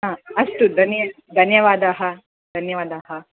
आ अस्तु धन्य धन्यवादाः धन्यवादाः